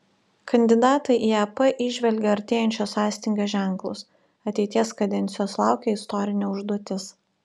kandidatai į ep įžvelgė artėjančio sąstingio ženklus ateities kadencijos laukia istorinė užduotis